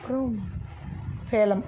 அப்புறம் சேலம்